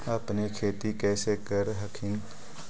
अपने खेती कैसे कर हखिन?